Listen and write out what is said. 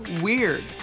weird